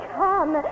come